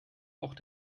auch